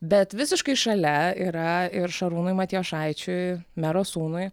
bet visiškai šalia yra ir šarūnui matijošaičiui mero sūnui